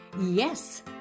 Yes